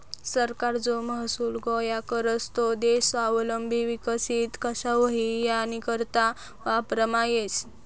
सरकार जो महसूल गोया करस तो देश स्वावलंबी विकसित कशा व्हई यानीकरता वापरमा येस